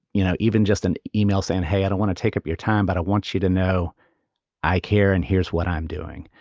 you know, even just an email saying, hey, i don't want to take up your time, but i want you to know i care. and here's what i'm doing.